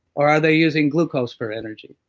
or are they using glucose for energy?